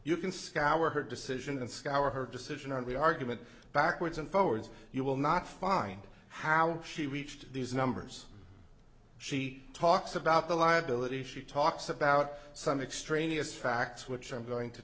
you can scour her decision and scour her decision on the argument backwards and forwards you will not find how she reached these numbers she talks about the liability she talks about some extraneous facts which i'm going to